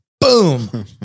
Boom